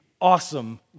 awesome